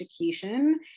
education